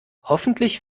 hoffentlich